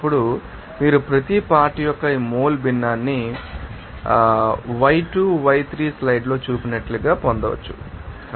అప్పుడు మీరు ప్రతి పార్ట్ యొక్క ఈ మోల్ భిన్నాన్ని y2 y3 స్లైడ్లో చూపినట్లుగా పొందవచ్చు